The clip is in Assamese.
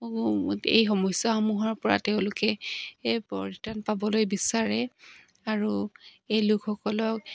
এই সমস্যাসমূহৰ পৰা তেওঁলোকে পৰিত্ৰাণ পাবলৈ বিচাৰে আৰু এই লোকসকলক